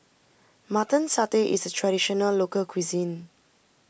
Mutton Satay is a Traditional Local Cuisine